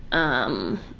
um,